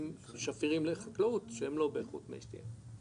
שפירים לחקלאות שהם לא באיכות מי שתייה.